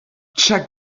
check